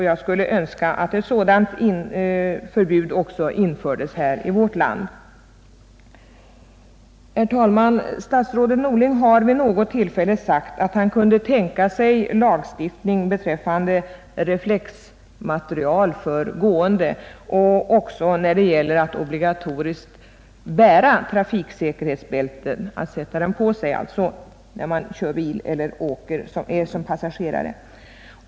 Jag skulle önska att ett sådant förbud också infördes i vårt land. Herr talman! Statsrådet Norling har vid något tillfälle sagt att han kunde tänka sig lagstiftning beträffande reflexmaterial för gående samt att det också skulle vara obligatoriskt att använda säkerhetsbälte när man kör bil eller åker som passagerare.